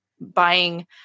buying